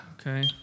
Okay